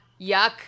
yuck